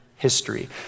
history